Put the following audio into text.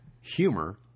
Humor